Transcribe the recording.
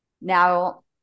now